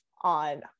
on